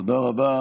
תודה רבה.